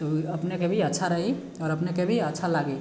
तऽ अपनेके भी अच्छा रही आओर अपनेके भी अच्छा लागी